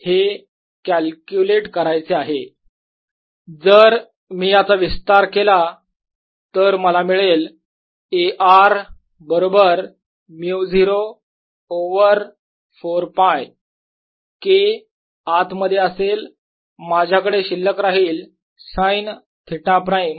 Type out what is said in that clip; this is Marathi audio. Ar04πjr।r r।dV jKsin θδr R Ar04πKsin ।r R।ds जर मी याचा विस्तार केला तर मला मिळेल A r बरोबर μ0 ओवर 4 π K आत मध्ये असेल माझ्याकडे शिल्लक राहील साईन थिटा प्राईम